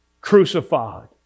crucified